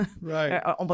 Right